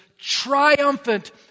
triumphant